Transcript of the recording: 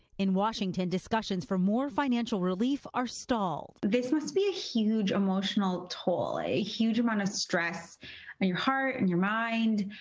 in washington, discussions for more financial relief are stalled. this must be a huge emotional toll. a huge amount of stress on your heart and your mind.